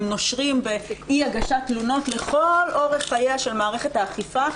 הם נושרים באי הגשת תלונות לכל אורך חייה של מערכת האכיפה.